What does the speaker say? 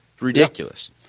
Ridiculous